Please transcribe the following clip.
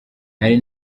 nari